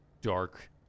dark